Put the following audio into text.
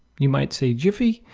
you might say jiffy.